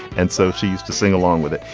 and so she used to sing along with it.